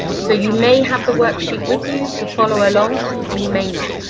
so you may have the worksheet with you to follow along, and you may not,